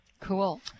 Cool